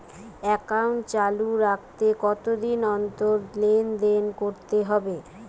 Account চালু রাখতে কতদিন অন্তর লেনদেন করতে হবে?